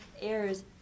errors